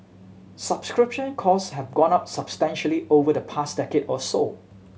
subscription cost have gone up substantially over the past decade or so